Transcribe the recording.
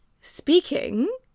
speaking